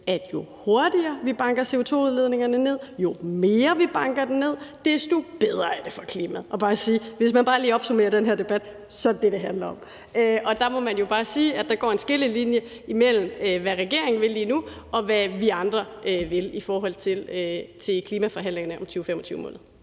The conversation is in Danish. at jo hurtigere vi banker CO2-udledningerne ned, jo mere vi banker dem ned, desto bedre er det for klimaet, og at det, hvis vi bare lige skal opsummere den her debat, så er det, det handler om. Der må man jo bare sige, at de går en skillelinje imellem, hvad regeringen lige nu vil, og hvad vi andre vil i forhold til klimaforhandlingerne om 2025-målet.